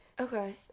Okay